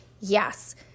yes